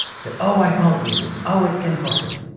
say oh i can't do this! oh it's impossible!